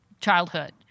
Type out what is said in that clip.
childhood